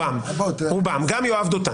גם יואב דותן.